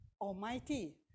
Almighty